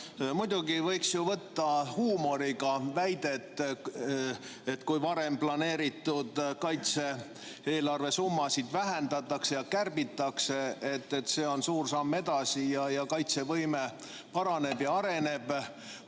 Muidugi võiks ju võtta huumoriga väidet, et kui varem planeeritud kaitse-eelarve summasid vähendatakse ja kärbitakse, siis see on suur samm edasi ja kaitsevõime paraneb ja areneb.